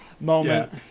moment